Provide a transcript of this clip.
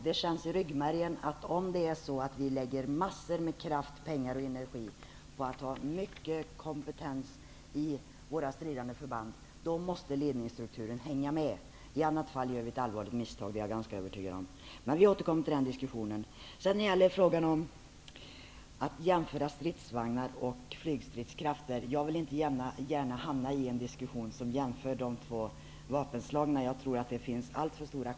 Det känns i ryggmärgen att det är nödvändigt att ledningsstrukturen hänger med, om vi skall lägga ner en hel del kraft/energi och pengar på att se till att det finns stor kompetens hos våra stridande förband. I annat fall gör vi ett allvarligt misstag -- det är jag ganska så övertygad om. Vi får återkomma också till den diskussionen. När det sedan gäller jämförelsen mellan stridsvagnar och flygstridskrafter vill jag säga att jag inte gärna vill vara med i en diskussion om dessa båda vapenslag. Jag tror att skillnaderna är alldeles för stora.